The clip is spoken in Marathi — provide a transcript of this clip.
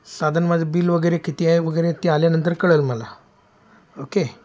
साधारण माझं बिल वगैरे किती आहे वगैरे ते आल्यानंतर कळेल मला ओके